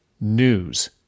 news